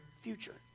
future